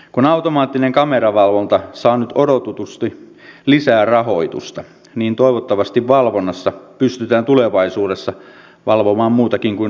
kun automaattinen kameravalvonta saa nyt odotetusti lisää rahoitusta niin toivottavasti valvonnassa pystytään tulevaisuudessa valvomaan muutakin kuin ajonopeuksia